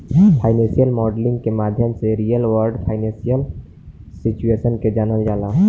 financial modelling के माध्यम से रियल वर्ल्ड फाइनेंशियल सिचुएशन के जानल जाला